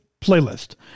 playlist